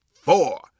four